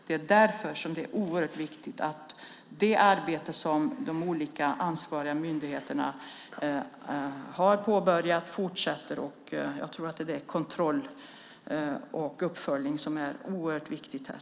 Det är därför det är oerhört viktigt att det arbete som de olika ansvariga myndigheterna har påbörjat fortsätter, och jag tror att det är kontroll och uppföljning som är otroligt viktigt här.